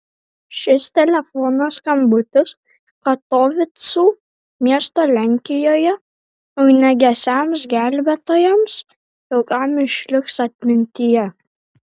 šis telefono skambutis katovicų miesto lenkijoje ugniagesiams gelbėtojams ilgam išliks atmintyje